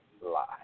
lie